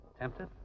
Tempted